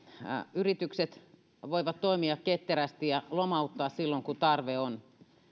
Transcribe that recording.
yritykset voivat toimia ketterästi ja lomauttaa silloin kun tarve on